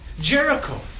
Jericho